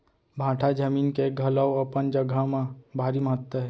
भाठा जमीन के घलौ अपन जघा म भारी महत्ता हे